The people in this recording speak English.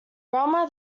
rama